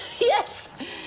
Yes